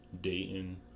Dayton